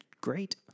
Great